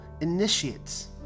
initiates